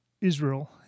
Israel